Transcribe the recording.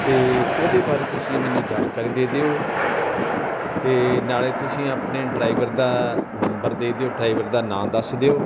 ਅਤੇ ਉਹਦੇ ਬਾਰੇ ਤੁਸੀਂ ਮੈਨੂੰ ਜਾਣਕਾਰੀ ਦੇ ਦਿਓ ਅਤੇ ਨਾਲੇ ਤੁਸੀਂ ਆਪਣੇ ਡਰਾਈਵਰ ਦਾ ਨੰਬਰ ਦੇ ਦਿਓ ਡਰਾਈਵਰ ਦਾ ਨਾਮ ਦੱਸ ਦਿਓ